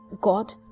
God